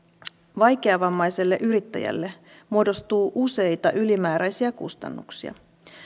vaikeavammaiselle yrittäjälle muodostuu useita ylimääräisiä kustannuksia